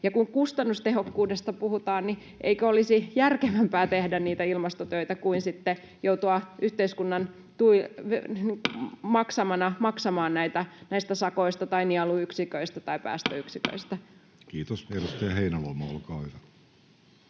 kun kustannustehokkuudesta puhutaan, niin eikö olisi järkevämpää tehdä niitä ilmastotöitä kuin sitten joutua yhteiskuntana maksamaan näistä sakoista tai nieluyksiköistä tai päästöyksiköistä? [Speech 352] Speaker: